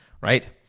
Right